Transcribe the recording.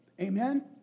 Amen